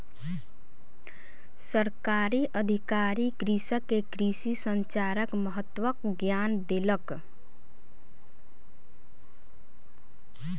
सरकारी अधिकारी कृषक के कृषि संचारक महत्वक ज्ञान देलक